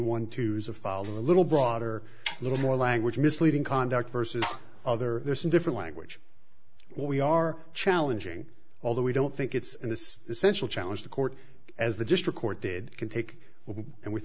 one to use a filed a little broader a little more language misleading conduct versus other there's a different language we are challenging although we don't think it's in this essential challenge the court as the district court did can take and we